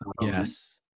Yes